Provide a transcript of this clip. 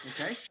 okay